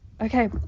Okay